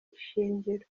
ishingiro